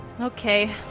okay